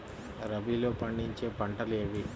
రబీలో పండించే పంటలు ఏవి?